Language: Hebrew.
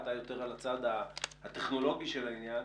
אתה יותר על הצד הטכנולוגי של העניין